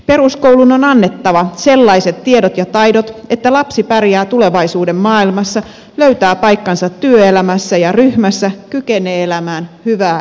peruskoulun on annettava sellaiset tiedot ja taidot että lapsi pärjää tulevaisuuden maailmassa löytää paikkansa työelämässä ja ryhmässä kykenee elämään hyvää elämää